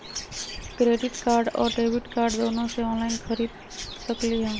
Credit card और debit card दोनों से ऑनलाइन खरीद सकली ह?